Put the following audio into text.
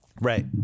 Right